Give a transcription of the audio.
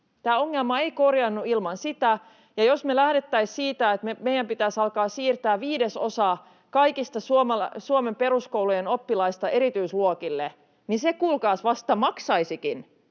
Tämä ongelma ei korjaannu ilman sitä, ja jos me lähdettäisiin siitä, että meidän pitäisi alkaa siirtää viidesosa kaikista Suomen peruskoulujen oppilaista erityisluokille, niin se kuulkaas vasta maksaisikin